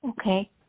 Okay